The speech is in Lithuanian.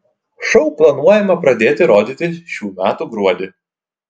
šou planuojama pradėti rodyti šių metų gruodį